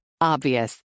Obvious